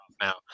now